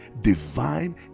divine